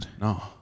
No